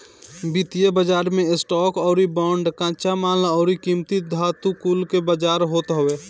वित्तीय बाजार मे स्टॉक अउरी बांड, कच्चा माल अउरी कीमती धातु कुल के बाजार होत हवे